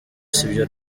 sibyo